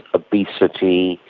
obesity,